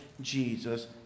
Jesus